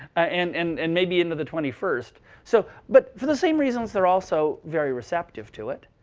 and and and maybe into the twenty first. so but for the same reasons, they're also very receptive to it.